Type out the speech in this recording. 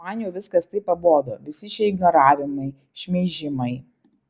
man jau viskas taip pabodo visi šie ignoravimai šmeižimai